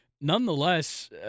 nonetheless